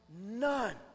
none